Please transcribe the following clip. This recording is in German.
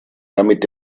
damit